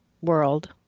world